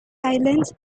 islands